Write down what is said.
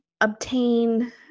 obtain